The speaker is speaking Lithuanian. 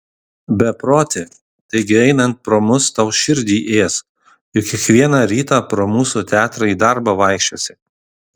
beproti taigi einant pro mus tau širdį ės juk kiekvieną rytą pro mūsų teatrą į darbą vaikščiosi